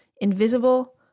invisible